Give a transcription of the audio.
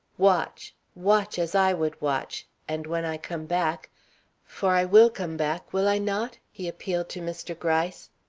watch! watch! as i would watch, and when i come back for i will come back, will i not? he appealed to mr. gryce,